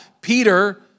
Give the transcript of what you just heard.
Peter